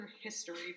history